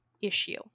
issue